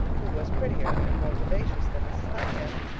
who was prettier and more vivacious than mrs. highcamp,